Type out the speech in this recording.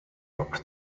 dropped